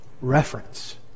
reference